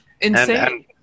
insane